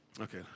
Okay